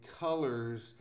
colors